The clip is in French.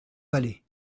vallée